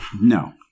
No